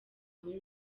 muri